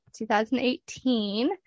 2018